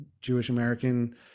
Jewish-American